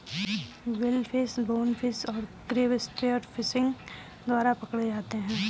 billfish, bonefish और crab spear fishing द्वारा पकड़े जाते हैं